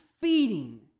feeding